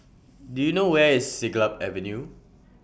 Do YOU know Where IS Siglap Avenue